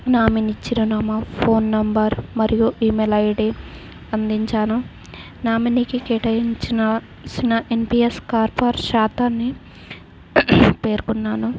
నామనీ చిరునామా phone number మరియు email ID అందించాను నామినీకి కేటయించవలసిన ఎన్పీఎస్ కార్పర్ శాతాన్ని పేర్కన్నాను